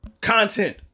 content